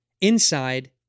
Inside